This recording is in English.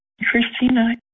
Christina